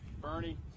Bernie